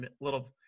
little